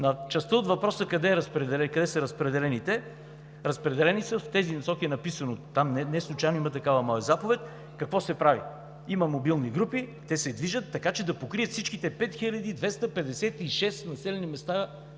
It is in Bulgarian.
На частта от въпроса: „Къде са разпределените?“, разпределени са, в тези насоки е написано, и неслучайно има такава моя заповед, какво да се прави. Има мобилни групи, те се движат, така че да покрият всичките 5256 населени места,